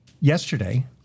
yesterday